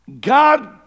God